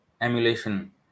emulation